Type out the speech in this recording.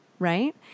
Right